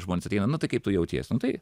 žmonės ateina nu tai kaip tu jautiesi nu tai